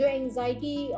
anxiety